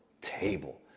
table